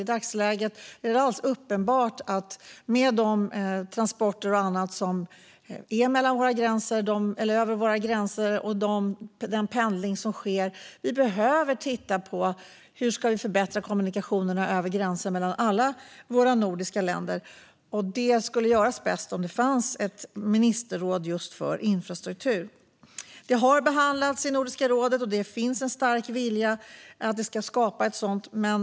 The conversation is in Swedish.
I dagsläget är det alldeles uppenbart att vi, med tanke på de transporter och den pendling som sker över våra gränser, behöver titta på hur vi ska förbättra kommunikationerna över gränserna mellan alla våra nordiska länder. Det skulle göras bäst i ett ministerråd för infrastruktur. Detta har behandlats i Nordiska rådet, och det finns en stark vilja att skapa ett sådant ministerråd.